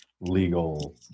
legal